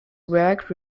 work